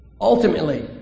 Ultimately